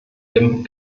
dem